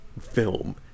film